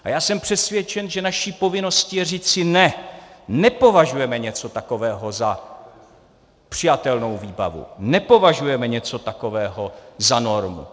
A já jsem přesvědčen, že naší povinností je říci ne, nepovažujeme něco takového za přijatelnou výbavu, nepovažujeme něco takového za normu.